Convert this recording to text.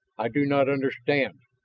i do not understand,